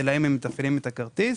שלהם הם מתפעלים את הכרטיס.